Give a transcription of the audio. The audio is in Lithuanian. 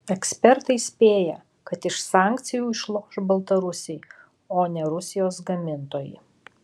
ekspertai spėja kad iš sankcijų išloš baltarusiai o ne rusijos gamintojai